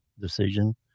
decision